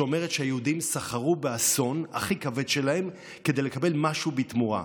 שאומרת שהיהודים סחרו באסון הכי כבד שלהם כדי לקבל משהו בתמורה.